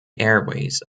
airways